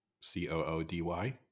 C-O-O-D-Y